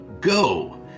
Go